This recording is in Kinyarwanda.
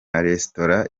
restaurant